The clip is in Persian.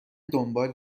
دنبال